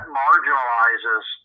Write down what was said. marginalizes